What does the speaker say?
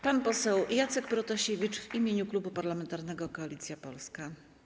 Pan poseł Jacek Protasiewicz w imieniu Klubu Parlamentarnego Koalicja Polska.